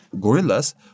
gorillas